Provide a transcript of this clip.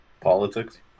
Politics